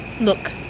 Look